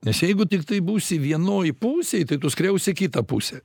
nes jeigu tiktai būsi vienoj pusėj tai tu skriausi kitą pusę